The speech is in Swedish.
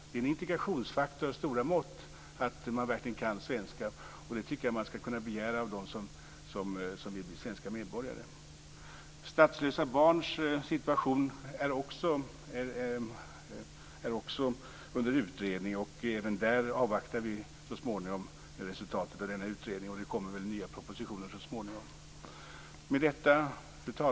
Det är en integrationsfaktor av stora mått att man verkligen kan svenska, och det tycker jag att man skall kunna begära av dem som vill bli svenska medborgare. Statslösa barns situation är också under utredning. Även där avvaktar vi resultatet av denna utredning. Det kommer väl nya propositioner så småningom. Fru talman!